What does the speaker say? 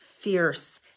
fierce